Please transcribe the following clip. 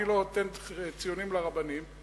אני לא נותן ציונים לרבנים,